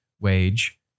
wage